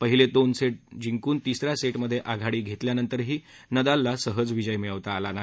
पहिले दोन से जिंकून तिसऱ्या से अध्ये आघाडी घेतल्यानंतरही नदालला सहज विजय मिळवता आला नाही